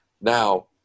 Now